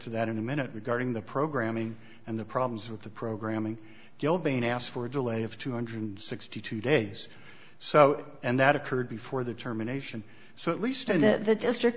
to that in a minute regarding the programming and the problems with the programming gilding asked for a delay of two hundred and sixty two days so and that occurred before the terminations so at least in the district